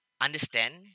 understand